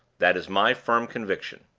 that is my firm conviction.